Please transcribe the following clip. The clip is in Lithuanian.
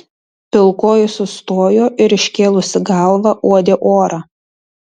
pilkoji sustojo ir iškėlusi galvą uodė orą